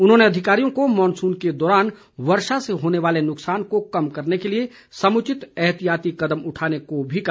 उन्होंने अधिकारियों को मॉनसून के दौरान वर्षा से होने वाले नुकसान को कम करने के लिए समुचित एहतियाती कदम उठाने को भी कहा